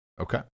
Okay